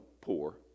poor